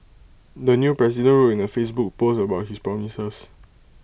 the new president wrote in A Facebook post about his promises